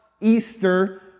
Easter